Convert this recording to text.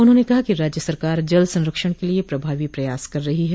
उन्होंने कहा कि राज्य सरकार जल संरक्षण क लिये प्रभावी प्रयास कर रही है